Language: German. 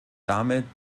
damit